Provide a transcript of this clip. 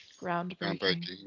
groundbreaking